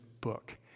book